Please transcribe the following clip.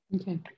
Okay